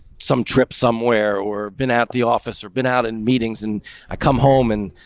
some trip somewhere or been at the office or been out in meetings and i come home and,